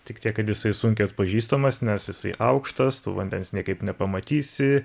tik tiek kad jisai sunkiai atpažįstamas nes jisai aukštas tu vandens niekaip nepamatysi